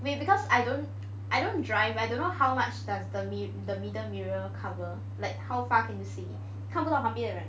wait because I don't I don't drive I don't know how much does the mi~ the middle mirror cover like how far can you see 看不到旁边的 right